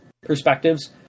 perspectives